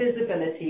visibility